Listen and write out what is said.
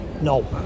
No